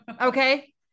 Okay